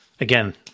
again